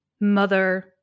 mother